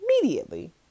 Immediately